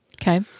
Okay